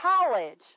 college